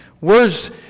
words